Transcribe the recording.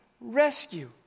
rescue